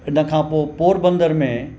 इन खां पोइ पोर बंदर में